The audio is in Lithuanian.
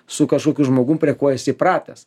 su kažkokiu žmogum prie ko jis įpratęs